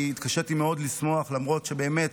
אני התקשיתי מאוד לשמוח, למרות שבאמת